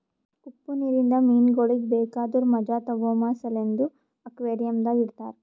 ಉಪ್ಪು ನೀರಿಂದ ಮೀನಗೊಳಿಗ್ ಬೇಕಾದುರ್ ಮಜಾ ತೋಗೋಮ ಸಲೆಂದ್ ಅಕ್ವೇರಿಯಂದಾಗ್ ಇಡತಾರ್